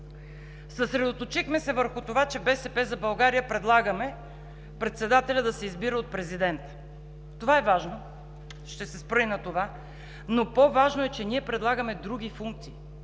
Съсредоточихме се върху това, че „БСП за България“ предлага председателят да се избира от президента. Това е важно – ще се спра и на това, но по-важно е, че ние предлагаме други функции,